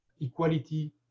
equality